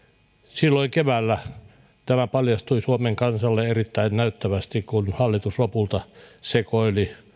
silloin keväällä tämä paljastui suomen kansalle erittäin näyttävästi kun hallitus lopulta sekoili